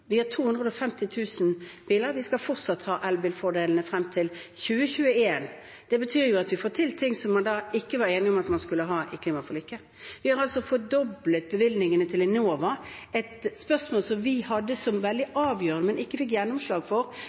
Vi har 250 000 biler. Vi skal fortsatt ha elbilfordelene – frem til 2021. Det betyr jo at vi får til ting som man ikke var enige om at man skulle ha i klimaforliket. Vi har fordoblet bevilgningene til Enova, et spørsmål som var veldig avgjørende for oss, men som vi ikke fikk gjennomslag for